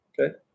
okay